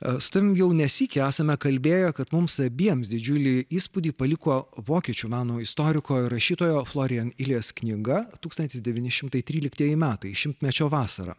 su tavim jau ne sykį esame kalbėję kad mums abiems didžiulį įspūdį paliko vokiečių meno istoriko ir rašytojo florian ilies knyga tūkstantis devyni šimtai tryliktieji metai šimtmečio vasarą